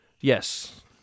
Yes